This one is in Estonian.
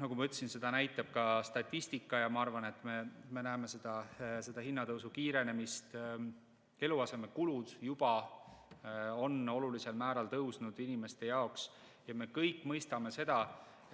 Nagu ma ütlesin, seda näitab ka statistika, ja ma arvan, et me näeme hinnatõusu kiirenemist. Inimeste eluasemekulud on juba olulisel määral tõusnud. Me kõik mõistame,